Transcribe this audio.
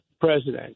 president